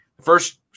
first